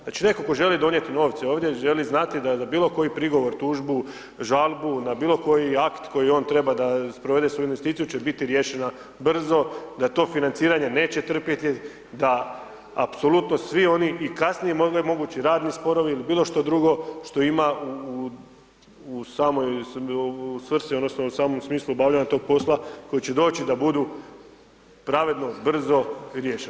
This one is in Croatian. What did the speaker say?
Znači netko to želi donijeti novce ovdje, želi znati da za bilo koji prigovor, tužbu, žalbu na bilo koji akt koji oni treba da sprovede svoju investiciju će biti riješena brzo, da to financiranje neće trpjeti, da apsolutno svi oni i kasnije mogući radni sporovi ili bilo što drugo što ima u samoj svrsi, odnosno u samom smislu obavljanja tog posla koji će doći da budu pravedno, brzo riješeno.